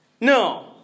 No